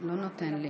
והפצת שמות נפגעים,